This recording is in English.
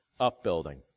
Upbuilding